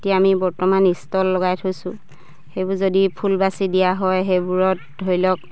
এতিয়া আমি বৰ্তমান ইষ্টল লগাই থৈছোঁ সেইবোৰ যদি ফুল বাছি দিয়া হয় সেইবোৰত ধৰি লওক